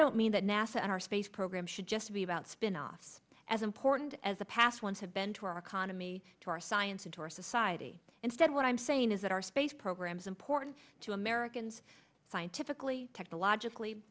don't mean that nasa and our space program should just be about spinoffs as important as the past ones have been to our economy to our science into our society instead what i'm saying is that our space program is important to americans scientifically technologically